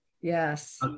yes